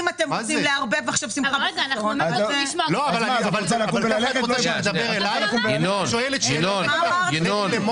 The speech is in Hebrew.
לא רק לשלב אותן, אלא לשלב אותן עם